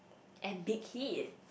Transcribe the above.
and Big-Hit